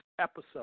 episode